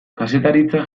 kazetaritza